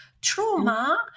Trauma